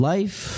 Life